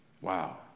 Wow